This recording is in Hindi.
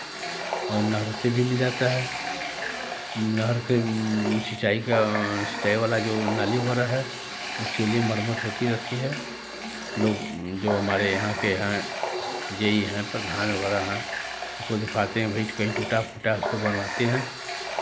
और नहर से भी मिल जाता है नहर के सिंचाई का सिंचाई वाला जो नाली वगैरह है उसके लिए मरम्मत होती रहती है लोग जो हमारे यहाँ के हैं जे ई हैं प्रधान वगैरह हैं उसको दिखवाते हैं भाई कि कहीं टूटा फूटा है उसको बनवाते हैं